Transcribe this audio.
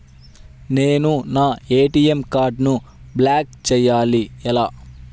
నేను నా ఏ.టీ.ఎం కార్డ్ను బ్లాక్ చేయాలి ఎలా?